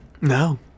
No